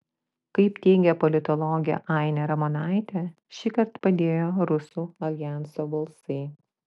kaip teigia politologė ainė ramonaitė šįkart padėjo rusų aljanso balsai